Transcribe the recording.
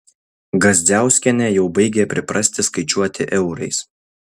gazdziauskienė jau baigia priprasti skaičiuoti eurais